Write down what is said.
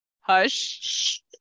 Hush